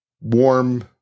warm